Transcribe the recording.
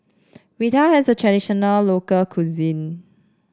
raita is a traditional local cuisine